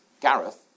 Gareth